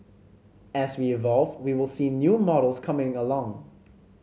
as we evolve we will see new models coming along